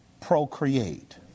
procreate